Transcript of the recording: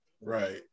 right